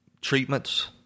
treatments